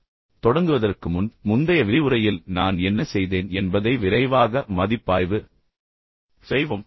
இப்போது நான் வழக்கம் போல் தொடங்குவதற்கு முன் முந்தைய விரிவுரையில் நான் என்ன செய்தேன் என்பதை விரைவாக மதிப்பாய்வு செய்வோம்